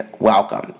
welcome